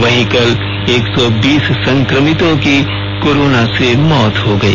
वहीं कल एक सौ बीस संक्रमितों की कोरोना से मौत हो गई